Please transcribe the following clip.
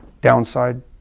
downside